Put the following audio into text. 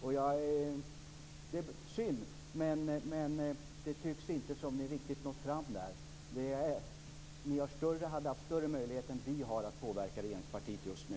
Det är synd, men det tycks inte som om Miljöpartiet riktigt nått fram där. Ni hade haft större möjligheter än vi har att påverka regeringspartiet just nu.